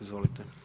Izvolite.